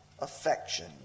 affection